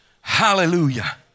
hallelujah